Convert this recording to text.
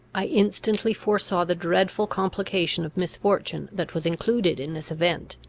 i instantly foresaw the dreadful complication of misfortune that was included in this event.